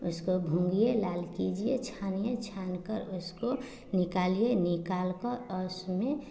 उसको भूनिए लाल कीजिए छानिए छानकर उसको निकालिए निकालकर और उसमें